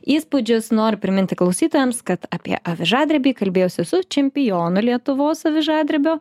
įspūdžius noriu priminti klausytojams kad apie avižadrebį kalbėjausi su čempionu lietuvos avižadrebio